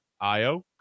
Io